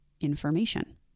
information